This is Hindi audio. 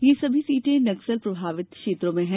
ये सभी सीटें नक्सल प्रभावित क्षेत्रों में हैं